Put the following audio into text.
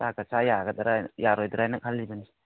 ꯆꯥꯛꯀ ꯆꯥꯕ ꯌꯥꯒꯗ꯭ꯔꯥ ꯌꯥꯔꯣꯏꯗ꯭ꯔꯥꯅ ꯈꯜꯂꯤꯕꯅꯤ